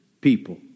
people